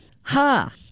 ha